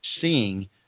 seeing